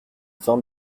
vingt